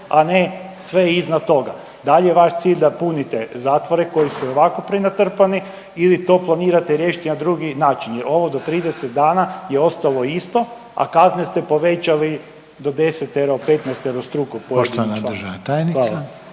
a ne sve iznad toga. Da li je vaš cilj da punite zatvore koji su i ovako prenatrpani ili to planirate riješiti na drugi način, jer ovo do 30 dana je ostalo isto, a kazne ste povećali do desetero,